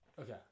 Okay